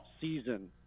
season